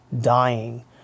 dying